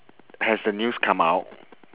has the news come out